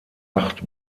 acht